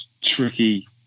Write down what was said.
tricky